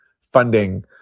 funding